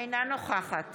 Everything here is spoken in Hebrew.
אינה נוכחת